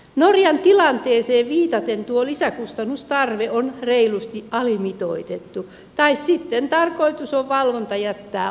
norjan tilanteeseen viitaten tuo lisäkustannustarve on reilusti alimitoitettu tai sitten tarkoitus on valvonta jättää olemattomaksi